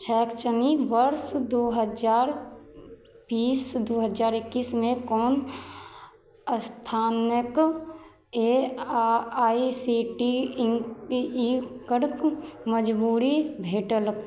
शैक्षणिक वर्ष दू हजार बीस दू हजार इक्कीसमे कोन स्थानक A I C T E E करक मजबूरी भेटल